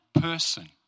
person